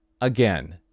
Again